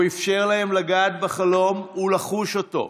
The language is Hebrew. הוא אפשר להם לגעת בחלום ולחוש אותו.